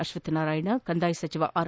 ಅಕ್ಷತ್ತನಾರಾಯಣ ಕಂದಾಯ ಸಚಿವ ಆರ್